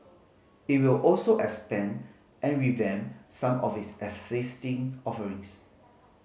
it will also expand and revamp some of its existing offerings